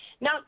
Now